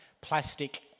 plastic